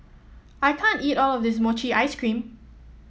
I can't eat all of this Mochi Ice Cream